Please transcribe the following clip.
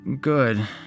Good